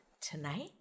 tonight